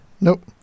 Nope